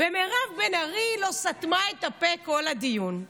ומירב בן ארי לא סתמה את הפה כל הדיון.